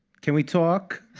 can we talk?